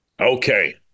Okay